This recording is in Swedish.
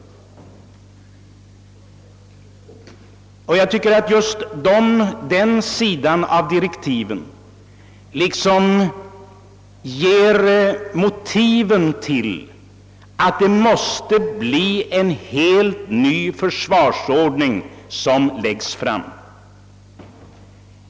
Jag tycker att just den sidan av direktiven liksom ger motiven till att det måste bli förslag till en helt ny försvarsordning som läggs fram.